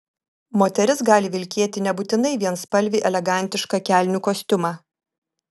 moteris gali vilkėti nebūtinai vienspalvį elegantišką kelnių kostiumą